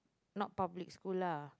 not public school lah